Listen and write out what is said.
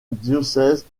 diocèse